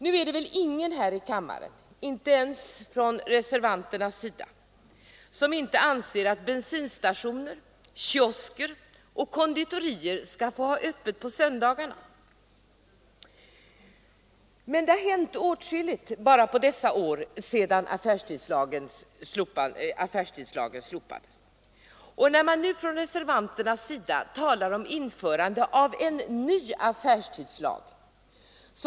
Nu är det väl ingen här i kammaren — inte ens bland reservanterna — som inte anser att bensinstationer, kiosker och konditorier skulle få ha öppet på söndagarna. Men det har hänt åtskilligt bara under åren sedan affärstidslagen slopades. Reservanterna önskar nu att en ny affärstidslag skall utarbetas.